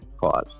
cause